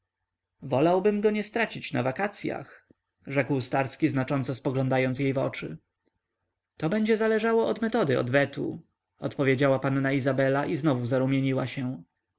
wolałbym go nie stracić na wakacyach rzeki starski znacząco spoglądając jej w oczy to będzie zależało od metody odwetu odpowiedziała panna izabela i znowu zarumieniła się